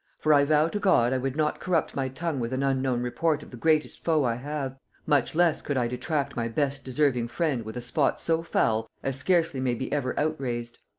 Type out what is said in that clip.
for i vow to god i would not corrupt my tongue with an unknown report of the greatest foe i have much less could i detract my best deserving friend with a spot so foul as scarcely may be ever outrazed.